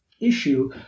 issue